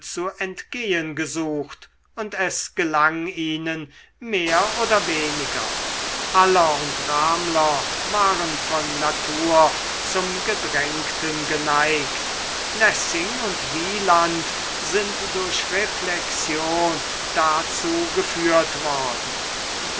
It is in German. zu entgehen gesucht und es gelang ihnen mehr oder weniger haller und ramler waren von natur zum gedrängten geneigt lessing und wieland sind durch reflexion dazu geführt worden